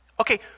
Okay